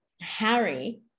Harry